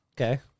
Okay